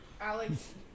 alex